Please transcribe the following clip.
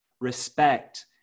respect